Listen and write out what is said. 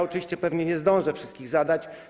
Oczywiście pewnie nie zdążę wszystkich zadać.